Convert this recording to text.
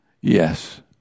yes